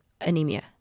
anemia